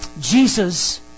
Jesus